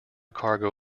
cargo